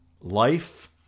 life